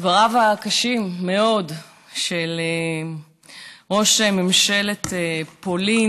דבריו הקשים מאוד של ראש ממשלת פולין